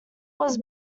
was